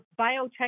biotech